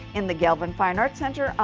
in the galvin fine arts center,